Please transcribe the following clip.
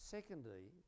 Secondly